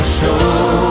show